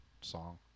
song